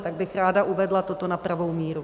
Tak bych ráda uvedla toto na pravou míru.